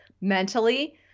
mentally